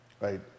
Right